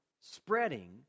spreading